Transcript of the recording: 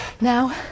Now